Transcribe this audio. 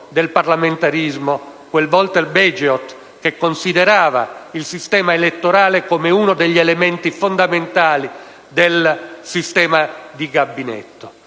del parlamentarismo, quel Walter Bagehot che considerava il sistema elettorale come uno degli elementi fondamentali del sistema di Gabinetto.